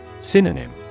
Synonym